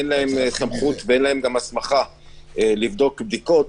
אין להם סמכות והסמכה לבדוק בדיקות